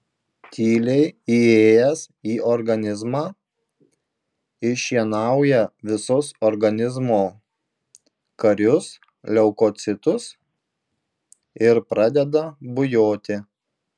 tyliai įėjęs į organizmą iššienauja visus organizmo karius leukocitus ir pradeda bujoti